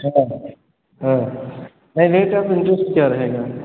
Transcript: हाँ हाँ नहीं रेट ऑफ़ इन्ट्रस्ट क्या रहेगा